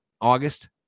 August